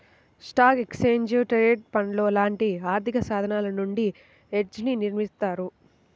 స్టాక్లు, exchange traded ఫండ్లు లాంటి ఆర్థికసాధనాల నుండి హెడ్జ్ని నిర్మిత్తారు